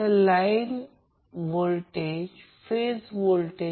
तर Van angle 0° तो balance आहे आणि Vcn अँगल 120°